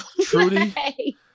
Trudy